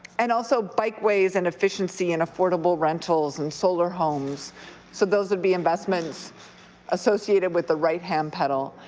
and also bikeways and efficiency and affordable rentals and solar homes so those would be investments associated with the right-hand pedal,